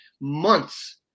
months